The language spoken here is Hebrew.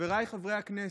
חבריי חברי הכנסת,